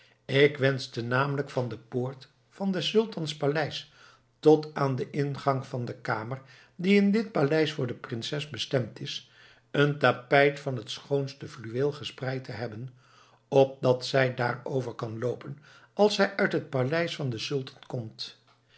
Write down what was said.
ik wenschte namelijk van de poort van des sultans paleis tot aan den ingang van de kamer die in dit paleis voor de prinses bestemd is een tapijt van het schoonste fluweel gespreid te hebben opdat zij daarover kan loopen als zij uit het paleis van den sultan komt